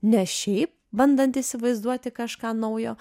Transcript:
ne šiaip bandant įsivaizduoti kažką naujo